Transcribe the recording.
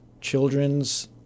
children's